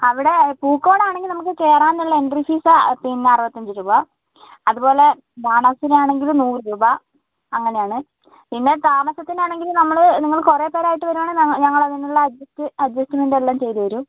അവിടെ പൂക്കോടാണെങ്കികൽ നമുക്ക് കയറാനുള്ള എൻട്രി ഫീസ് പിന്നെ അറുപത്തഞ്ച് രൂപ അതുപോലെ ബാണാസുര ആണെങ്കിൽ നൂറ് രൂപ അങ്ങനെയാണ് പിന്നെ താമസത്തിനാണെങ്കിൽ നമ്മൾ നിങ്ങൾ കുറേ പേരായിട്ട് വരികയാണെങ്കിൽ ഞങ്ങൾ അതിനുള്ള അഡ്ജസ്റ്റ് അഡ്ജിസ്റ്റ്മെൻ്റ് എല്ലാം ചെയ്തു തരും